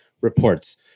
reports